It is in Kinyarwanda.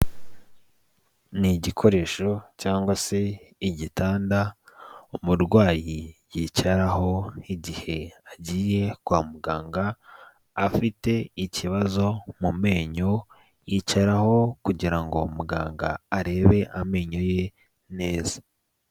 Ni igikoresho cyangwa se igitanda umurwayi yicaraho igihe agiye kwa muganga afite ikibazo mu menyo, yicaraho kugira ngo muganga arebe amenyo ye neza.